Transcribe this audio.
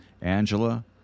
Angela